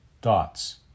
Dots